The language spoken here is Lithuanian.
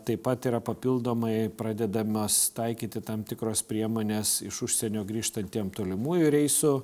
taip pat yra papildomai pradedamos taikyti tam tikros priemonės iš užsienio grįžtantiem tolimųjų reisų